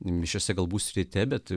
mišiose galbūt ryte bet